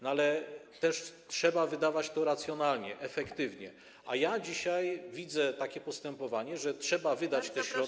No, ale też trzeba wydawać te środki racjonalnie, efektywnie, a ja dzisiaj widzę takie postępowanie: trzeba wydać te środki.